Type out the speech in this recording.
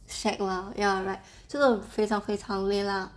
shag lor ya right so like 非常非常累 lah